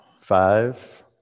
five